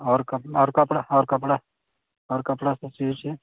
आओर कपड़ा सब सिए छिए